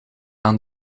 aan